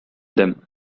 them